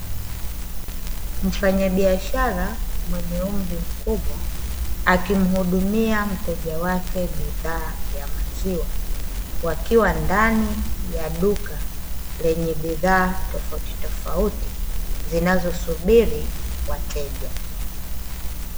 Mfanyabiashara mwenye umri mkubwa, akimhudumia mteja wake bidhaa ya maziwa, wakiwa ndani ya duka lenye bidhaa tofautitofauti, zinazosubiri wateja.